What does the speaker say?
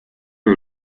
ole